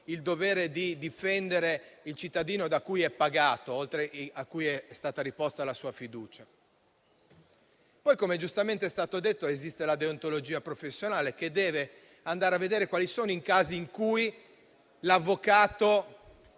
il dovere di difendere il cittadino che lo paga e che ha riposto in lui la sua fiducia? Poi, come giustamente è stato detto, esiste la deontologia professionale che impone di andare a vedere quali sono i casi in cui l'avvocato,